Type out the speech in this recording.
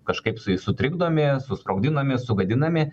kažkaip tai sutrikdomi susprogdinami sugadinami